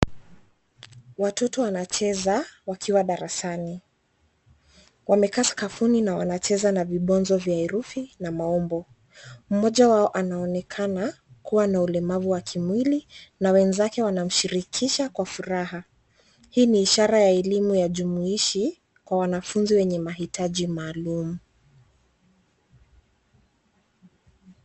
Watoto wanacheza wakiwa darasani. Wamekaa sakafuni na wanacheza na vibonzo vya herufi na maumbo. Mmoja wao anaonekana kuwa na ulemavu wa kimwili na wenzake wanamshirikisha kwa furaha. Hii ni ishara ya elimu ya jumuishi kwa wanafunzi wenye mahitaji maalum.